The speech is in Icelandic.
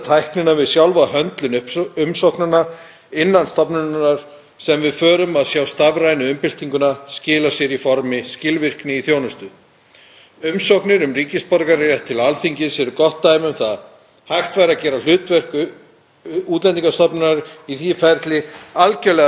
Umsóknir um ríkisborgararétt til Alþingis er gott dæmi um það. Hægt væri að gera hlutverk Útlendingastofnunar í því ferli algerlega sjálfvirkt með því að láta kerfið sjálft óska eftir þeim gögnum sem vantar (Forseti hringir.) og skrifa svo sjálft umsögn sem segir hvaða skilyrði eru uppfyllt og hver ekki.